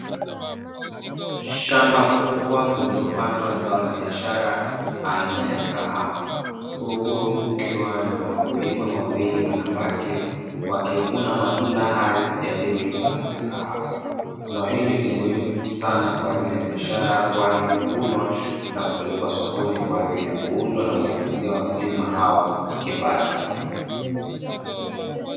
Shamba kubwa lililopandwa zao la biashara aina ya kahawa, huku kukiwa na wakulima wawili wanawake, wakivuna matunda hayo yaliyoiva ya kahawa. Zao hili ni muhimu sana kwa ajili ya biashara, kwani huvunwa na kupelekwa sokoni kwa ajili ya kuuzwa na kuwapatia wakulima hao kipato.